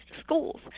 schools